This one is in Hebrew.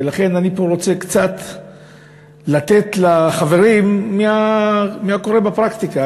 ולכן אני פה רוצה לתת לחברים קצת מהקורה בפרקטיקה.